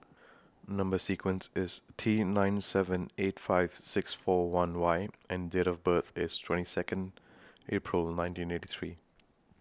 Number sequence IS T nine seven eight five six four one Y and Date of birth IS twenty Second April nineteen eighty three